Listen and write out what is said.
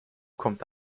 kommt